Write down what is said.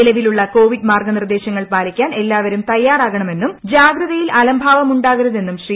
നിലവിലുള്ള കോവിഡ് മാർഗ്ഗ നിർദ്ദേശങ്ങൾ പാലിക്കാൻ എല്ലാവരും തയ്യാറാകണമെന്നും ജാഗ്രതയിൽ അലംഭാവം ഉണ്ടാകരുതെന്നും ശ്രീ